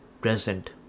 present